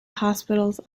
hospitals